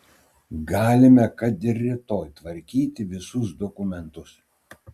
galime kad ir rytoj tvarkyti visus dokumentus